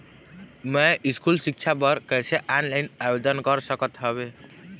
मैं स्कूल सिक्छा बर कैसे ऑनलाइन आवेदन कर सकत हावे?